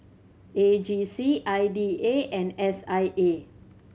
A G C I D A and S I A